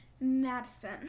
Madison